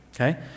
Okay